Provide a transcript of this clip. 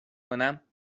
کنم